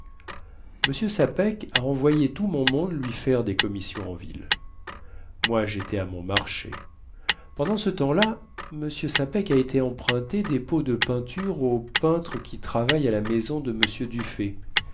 m sapeck a envoyé tout mon monde lui faire des commissions en ville moi jétais à mon marché pendant ce temps-là m sapeck a été emprunter des pots de peinture aux peintres qui travaillent à la maison de m dufay